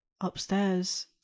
upstairs